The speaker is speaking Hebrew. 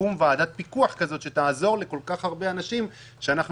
שתקום ועדת פיקוח כזאת שתעזור לכל כך הרבה אנשים שאנחנו